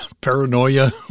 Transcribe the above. paranoia